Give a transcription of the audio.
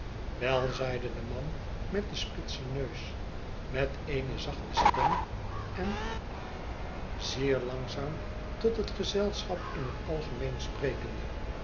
wei zeide de man met den spitsen neus met eene zachte stem en zeer langzaam tot het gezelschap in het algemeen sprekende